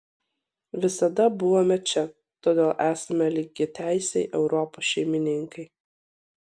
visada buvome čia todėl esame lygiateisiai europos šeimininkai